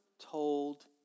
told